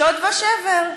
שוד ושבר.